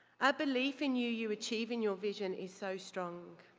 i believe in you you achieving your vision is so strong.